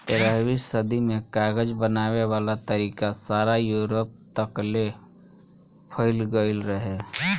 तेरहवीं सदी में कागज बनावे वाला तरीका सारा यूरोप तकले फईल गइल रहे